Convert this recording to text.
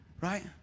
right